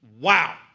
Wow